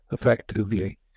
effectively